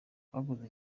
twakoze